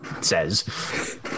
says